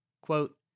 Quote